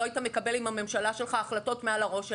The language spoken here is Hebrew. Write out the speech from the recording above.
לא היית מקבל עם הממשלה שלך החלטות מעל לראש שלהם,